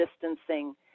distancing